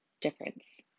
difference